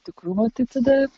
tikrumo tai tada